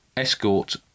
Escort